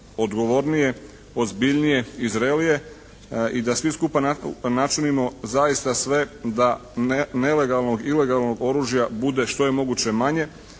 odgovornije, ozbiljnije i zrelije i da svi skupa načinimo zaista sve da nelegalnog, ilegalnog oružja bude što je moguće manje